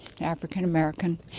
African-American